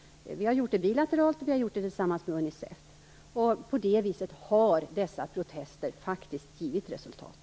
Vi har gjort detta bilateralt och tillsammans med Unicef. På det viset har dessa protester faktiskt givit resultat.